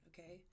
Okay